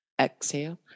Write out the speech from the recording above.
Exhale